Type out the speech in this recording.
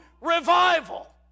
revival